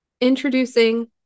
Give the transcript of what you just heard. Introducing